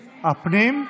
הפנים,